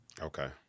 Okay